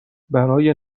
برای